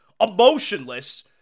emotionless